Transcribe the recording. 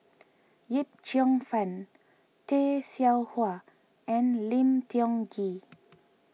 Yip Cheong Fun Tay Seow Huah and Lim Tiong Ghee